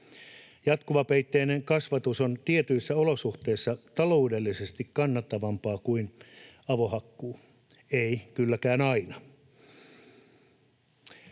Jatkuvapeitteinen kasvatus on tietyissä olosuhteissa taloudellisesti kannattavampaa kuin avohakkuu, ei kylläkään aina.